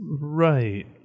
right